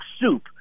Soup